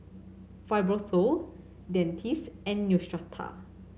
Fibrosol Dentiste and Neostrata